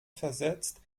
versetzt